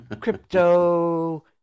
crypto